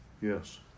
Yes